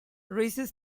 recess